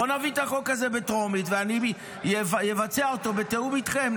בואו נביא את החוק הזה בטרומית ואני אבצע אותו בתיאום איתכם,